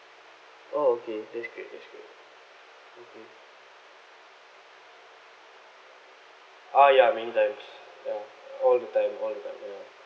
oh okay that's great that's great okay ah ya many times ya all the time all the time ya